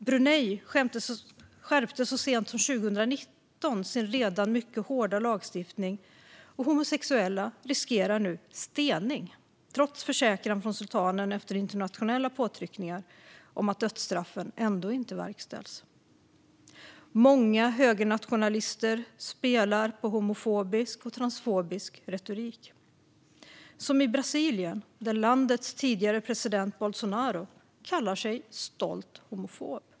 Brunei skärpte så sent som 2019 sin redan mycket hårda lagstiftning, och homosexuella riskerar nu stening trots försäkran från sultanen efter internationella påtryckningar om att dödsstraffen ändå inte verkställs. Många högernationalister spelar på homofobisk och transfobisk retorik, som i Brasilien där landets tidigare president Bolsonaro kallar sig stolt homofob.